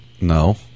No